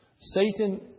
Satan